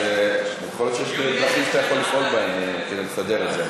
אז יכול להיות שיש דרכים שאתה יכול לפעול בהן כדי לסדר את זה,